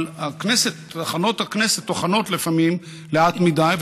אבל טחנות הכנסת טוחנות לפעמים לאט מדי,